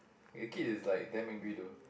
the kid is like damn angry though